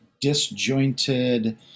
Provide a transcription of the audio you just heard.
disjointed